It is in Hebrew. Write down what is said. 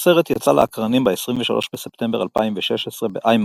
הסרט יצא לאקרנים ב-23 בספטמבר 2016 ב-IMAX,